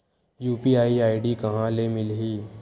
UPI ID कहां ले मिलही?